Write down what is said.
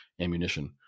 ammunition